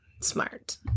smart